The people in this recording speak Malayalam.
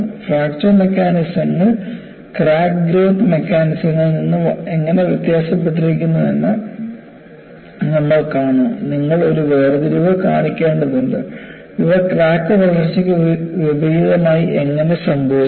ഫ്രാക്ചർ മെക്കാനിസങ്ങൾ ക്രാക്ക് ഗ്രോത്ത് മെക്കാനിസങ്ങളിൽ നിന്ന് എങ്ങനെ വ്യത്യാസപ്പെട്ടിരിക്കുന്നു എന്ന് നമ്മൾ കാണും നിങ്ങൾ ഒരു വേർതിരിവ് കാണിക്കേണ്ടതുണ്ട് ഇവ ക്രാക്ക് വളർച്ചയ്ക്ക് വിപരീതമായി എങ്ങനെ സംഭവിക്കും